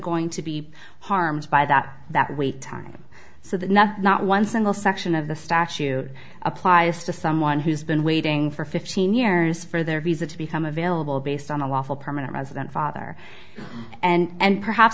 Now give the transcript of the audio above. going to be harmed by that that wait time so that nothing one single section of the statute applies to someone who's been waiting for fifteen years for their visa to become available based on a lawful permanent resident father and perhaps